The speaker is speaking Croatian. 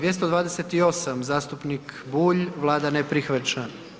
228. zastupnik Bulj, Vlada ne prihvaća.